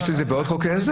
יש את זה בעוד חוקי עזר?